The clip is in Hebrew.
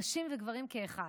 נשים וגברים כאחד.